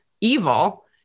evil